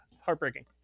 Heartbreaking